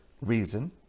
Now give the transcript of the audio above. reason